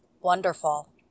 Wonderful